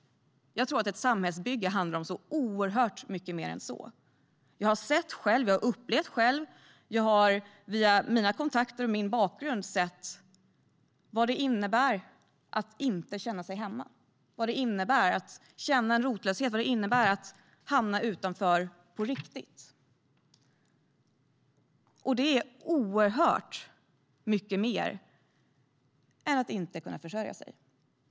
Jag tror att ett samhällsbygge handlar om så oerhört mycket mer än så. Jag har själv sett och själv upplevt via mina kontakter och min bakgrund vad det innebär att inte känna sig hemma, vad det innebär att känna en rotlöshet, vad det innebär att hamna utanför på riktigt. Det är oerhört mycket mer än att inte kunna försörja sig.